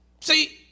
See